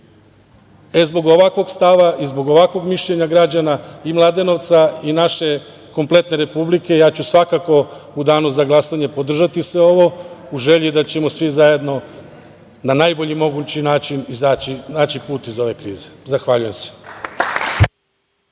radu. Zbog ovakvog stava i mišljenja građana i Mladenovca i naše kompletne zemlje, ja ću svakako u danu za glasanje podržati sve ovo, u želji da ćemo na najbolji mogući način naći put iz ove krize. Zahvaljujem se.